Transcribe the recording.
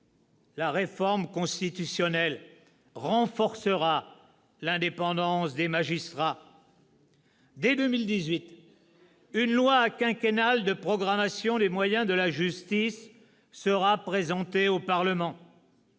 La réforme constitutionnelle renforcera l'indépendance des magistrats. « Dès 2018, une loi quinquennale de programmation des moyens de la justice sera présentée au Parlement.